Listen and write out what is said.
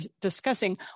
discussing